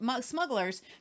smugglers